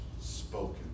spoken